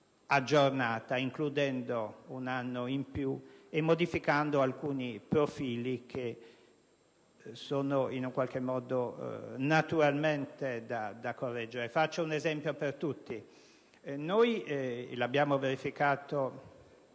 aggiornata, includendo un anno in più e modificando alcuni profili che sono naturalmente da correggere. Faccio un esempio per tutti: come abbiamo verificato